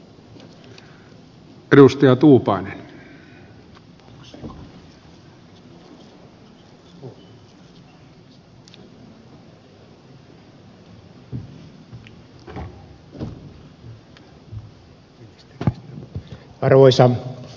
arvoisa puhemies